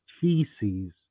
feces